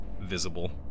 visible